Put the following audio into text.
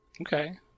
Okay